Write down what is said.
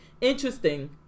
Interesting